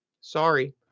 sorry